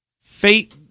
Fate